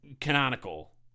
canonical